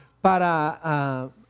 Para